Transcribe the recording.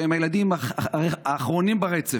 שהם הילדים האחרונים ברצף,